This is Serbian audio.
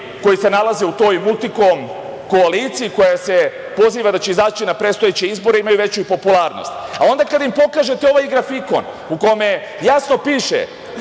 koji se nalaze u toj „Multikom koaliciji“, koja se poziva da će izaći na predstojeće izbore, imaju veću popularnost, a onda kad im pokažete ovaj grafikon u kome jasno piše